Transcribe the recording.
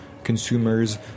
consumers